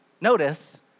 notice